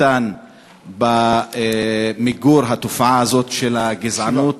קטן במיגור התופעה הזאת של הגזענות,